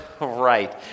right